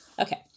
Okay